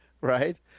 right